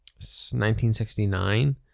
1969